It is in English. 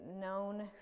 known